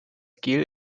gel